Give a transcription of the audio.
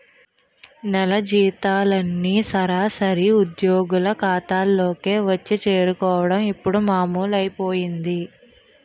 నెల జీతాలన్నీ సరాసరి ఉద్యోగుల ఖాతాల్లోకే వచ్చి చేరుకోవడం ఇప్పుడు మామూలైపోయింది